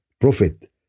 Prophet